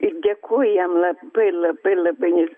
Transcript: ir dėkoju jam labai labai labai nes